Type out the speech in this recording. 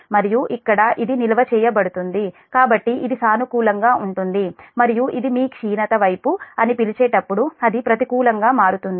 మరియు ఇక్కడ ఇది నిల్వ చేయబడుతుంది కాబట్టి ఇది సానుకూలంగా ఉంటుంది మరియు ఇది మీ క్షీణత వైపు అని పిలిచేటప్పుడు అది ప్రతికూలంగా మారుతుంది